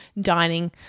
dining